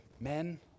men